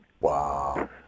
wow